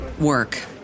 work